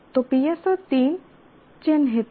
तो PSO3 चिह्नित है